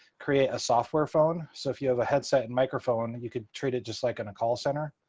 create a software phone. so if you have a headset and microphone, you could treat it just like in a call center.